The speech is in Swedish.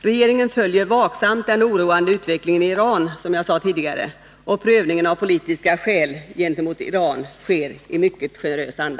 Regeringen följer vaksamt den oroande utvecklingen i Iran, som jag sade tidigare, och prövningen av politiska skäl gentemot Iran sker i mycket generös anda.